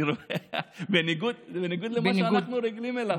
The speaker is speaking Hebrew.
אני רואה, בניגוד למה שאנחנו רגילים אליו.